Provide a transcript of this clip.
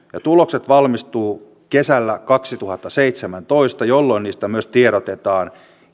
tulokset valmistuvat kesällä kaksituhattaseitsemäntoista jolloin niistä myös tiedotetaan